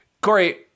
Corey